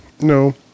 No